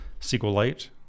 SQLite